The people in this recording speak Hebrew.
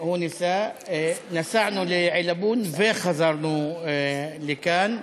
נסענו לעילבון וחזרנו לכאן.